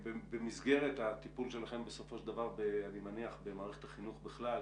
במסגרת הטיפול שלכם בסופו של דבר אני מניח במערכת החינוך בכלל,